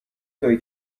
توئه